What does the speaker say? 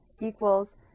equals